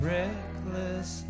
reckless